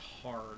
hard